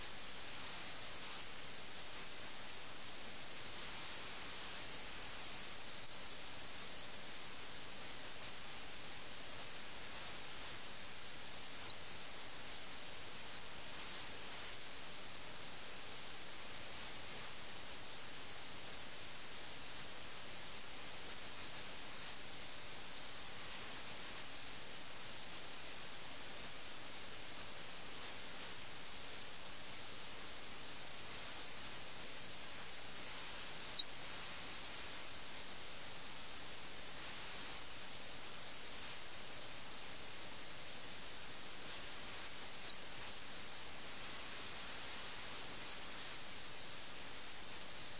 1856 ൽ east India കമ്പനിയുടെ ഭാഗത്തുനിന്ന് ലഖ്നൌവിന് രാഷ്ട്രീയ ഭീഷണിയുണ്ടായിരുന്നപ്പോൾ രാഷ്ട്രീയ കുതന്ത്രങ്ങളിലേക്ക് നോക്കുന്നതിന് പകരം നവാബ് അല്ലെങ്കിൽ അദ്ദേഹത്തിന്റെ മന്ത്രിമാരോ അല്ലെങ്കിൽ സംസ്ഥാനത്തെ ഉദ്യോഗസ്ഥരോ രൂപപ്പെടുത്തുന്ന രാഷ്ട്രീയ തന്ത്രങ്ങൾ ഈ രണ്ട് പ്രഭുക്കന്മാരും ഒരു ചതുരംഗപ്പലകയിൽ തന്ത്രങ്ങൾ മെനയുന്ന നീക്കങ്ങളിലൂടെ അവയുടെ ഒരു നേർക്കാഴ്ച നമുക്ക് ലഭിക്കും